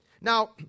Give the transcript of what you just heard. Now